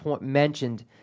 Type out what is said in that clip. mentioned